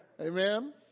Amen